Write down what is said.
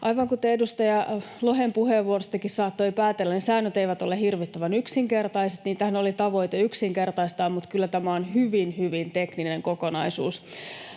Aivan kuten edustaja Lohen puheenvuorostakin saattoi päätellä, säännöt eivät ole hirvittävän yksinkertaiset. Niitähän oli tavoite yksinkertaistaa, mutta kyllä tämä on hyvin, hyvin tekninen kokonaisuus.